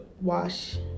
wash